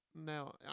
Now